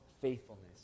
faithfulness